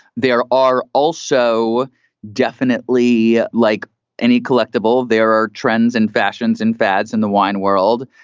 there are also definitely like any collectible. there are trends and fashions and fads in the wine world.